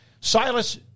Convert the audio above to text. Silas